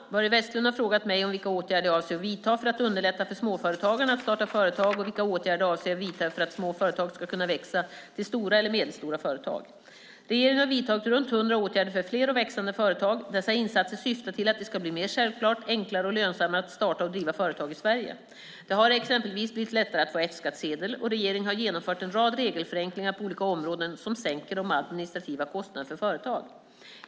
Herr talman! Börje Vestlund har frågat mig vilka åtgärder jag avser att vidta för att underlätta för småföretagarna att starta företag och vilka åtgärder jag avser att vidta för att små företag ska kunna växa till stora eller medelstora företag. Regeringen har vidtagit runt hundra åtgärder för fler och växande företag. Dessa insatser syftar till att det ska bli mer självklart, enklare och lönsammare att starta och driva företag i Sverige. Det har exempelvis blivit lättare att få F-skattsedel och regeringen har genomfört en rad regelförenklingar på olika områden som sänker de administrativa kostnaderna för företag.